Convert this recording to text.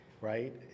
Right